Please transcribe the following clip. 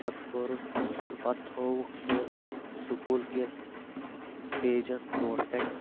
پتہٕ کوٚرُکھ سُہ پتہٕ تھووُکھ سُہ سکوٗل کِس پیجس برٛونٛٹھ کَنۍ